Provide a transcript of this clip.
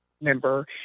member